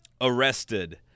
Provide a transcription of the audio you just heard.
arrested